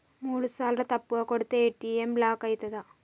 మూడుసార్ల తప్పుగా కొడితే ఏ.టి.ఎమ్ బ్లాక్ ఐతదా?